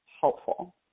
helpful